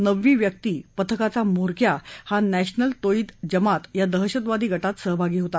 नववी व्यक्ती पथकाचा म्होरक्या हा नॅशनल तो डे जमात या दहशतवादी गटात सहभागी होता